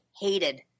hated –